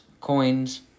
coins